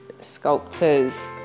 sculptors